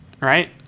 right